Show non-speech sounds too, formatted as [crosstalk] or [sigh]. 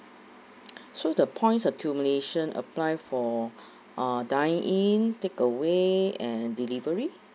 [noise] so the points accumulation apply for uh dine take away and delivery